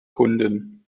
kundin